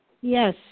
Yes